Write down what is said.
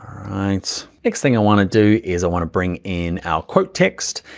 right? next thing i want to do is, i want to bring in our quote text.